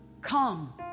Come